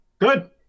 Good